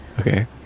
Okay